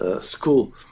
school